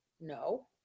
No